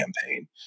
campaign